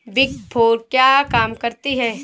Big four क्या काम करती है?